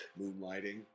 moonlighting